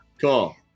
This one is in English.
Cool